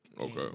Okay